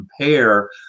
compare